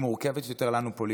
היא מורכבת לנו יותר פוליטית.